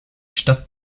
statt